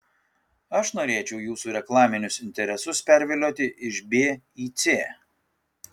aš norėčiau jūsų reklaminius interesus pervilioti iš b į c